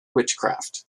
witchcraft